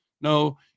No